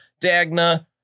Dagna